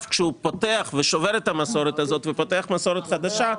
שהוא פותח ושובר את המסורת הזאת ופותח מסורת חדשה,